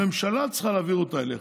הממשלה צריכה להעביר אותה אליך,